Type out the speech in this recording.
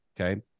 Okay